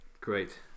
great